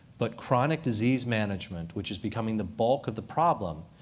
but chronic disease management, which is becoming the bulk of the problem,